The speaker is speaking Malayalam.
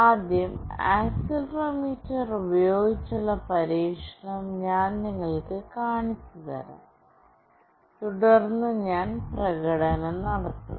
ആദ്യം ആക്സിലറോമീറ്റർ ഉപയോഗിച്ചുള്ള പരീക്ഷണം ഞാൻ നിങ്ങൾക്ക് കാണിച്ചുതരാം തുടർന്ന് ഞാൻ പ്രകടനം നടത്തും